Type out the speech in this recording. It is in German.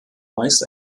meist